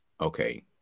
okay